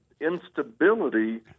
instability